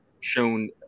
shown